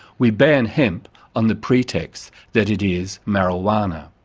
we ban hemp on the pretext that it is marijuana.